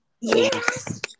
Yes